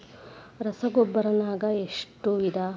ರಸಗೊಬ್ಬರ ನಾಗ್ ಎಷ್ಟು ವಿಧ?